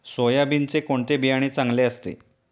सोयाबीनचे कोणते बियाणे चांगले असते?